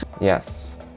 Yes